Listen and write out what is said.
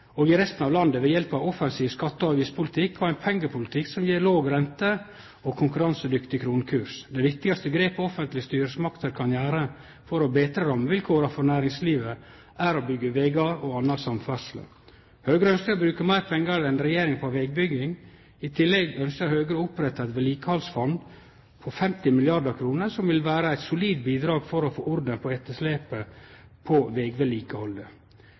og i resten av landet ved hjelp av ein offensiv skatte- og avgiftspolitikk og ein pengepolitikk som gjev låg rente og konkurransedyktig kronekurs. Det viktigaste grepet offentlege styresmakter kan gjere for å betre rammevilkåra for næringslivet, er å byggje vegar og anna samferdsle. Høgre ønskjer å bruke meir pengar enn regjeringa på vegbygging. I tillegg ønskjer Høgre å opprette eit vedlikehaldsfond på 50 mrd. kr, som vil vere eit solid bidrag til å få orden på etterslepet på vegvedlikehaldet.